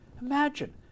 Imagine